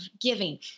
giving